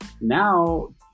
Now